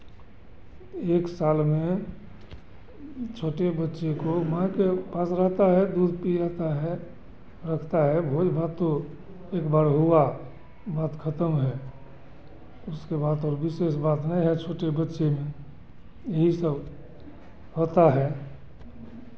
एक साल में छोटे बच्चे को माँ के पास रहता है दूध पियाता है रखता हे भोज भात तो एक बार हुआ बात खतम हे उसके बाद और विशेष बात नहीं है छोटे बच्चे में यही सब होता है